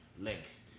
length